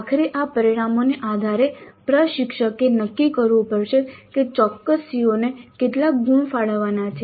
આખરે આ પરિમાણોના આધારે પ્રશિક્ષકે નક્કી કરવું પડશે કે ચોક્કસ CO ને કેટલા ગુણ ફાળવવાના છે